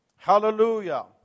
Hallelujah